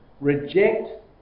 reject